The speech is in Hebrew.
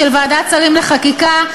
של ועדת שרים לחקיקה,